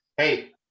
Hey